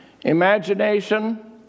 imagination